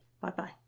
Bye-bye